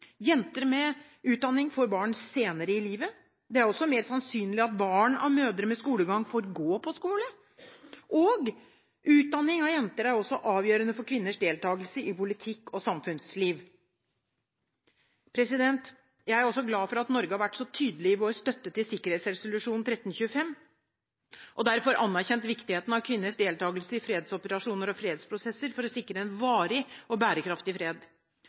Jenter med utdanning får barn senere i livet. Det er også mer sannsynlig at barn av mødre med skolegang, får gå på skole. Og utdanning av jenter er også avgjørende for kvinners deltakelse i politikk og samfunnsliv. Jeg er også glad for at Norge har vært så tydelig i vår støtte til sikkerhetsresolusjon 1325, og derfor anerkjent viktigheten av kvinners deltakelse i fredsoperasjoner og fredsprosesser for å sikre en varig og bærekraftig fred.